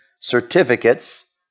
certificates